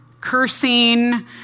cursing